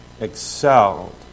excelled